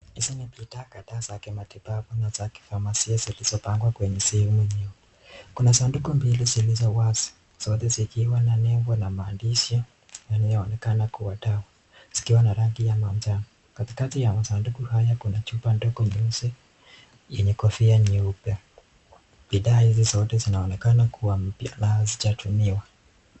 Hizi ni bidhaa kadhaa za matibabu na za kifamasia zilizopangwa kwenye sehemu nyeupe. Kuna sanduku mbili zilizo wazi, zote zikiwa na nembo na maandishi yanayoonekana kuwa dawa, zikiwa na rangi ya manjano. Katikati ya masanduku hayo kuna chupa ndogo nyeusi yenye kofia nyeupe. Bidhaa hizi zote zinaonekana kuwa mpya na hazijatumiwa.